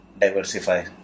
diversify